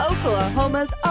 Oklahoma's